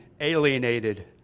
alienated